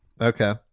Okay